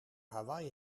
hawaï